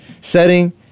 setting